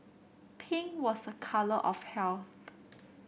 pink was a colour of health